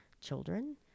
children